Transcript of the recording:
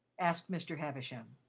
asked mr. havisham.